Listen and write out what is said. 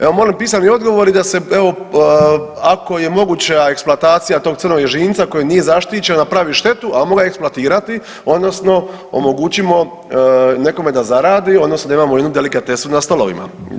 Evo molim pisani odgovor i da se evo ako je moguća eksploatacija tog crnog ježinca koji nije zaštićen da pravi štetu, a mogu ga eksploatirati odnosno omogućimo nekome da zaradi odnosno da imamo jednu delikatesu na stolovima.